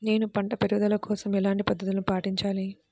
నేను పంట పెరుగుదల కోసం ఎలాంటి పద్దతులను పాటించాలి?